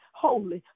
holy